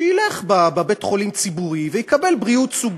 שילך לבית-חולים ציבורי ויקבל בריאות סוג